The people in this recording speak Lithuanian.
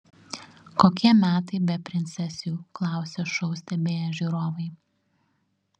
kokie metai be princesių klausė šou stebėję žiūrovai